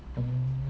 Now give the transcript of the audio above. oh